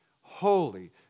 holy